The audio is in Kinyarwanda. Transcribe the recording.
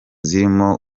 zirimo